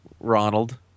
Ronald